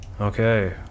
Okay